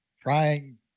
trying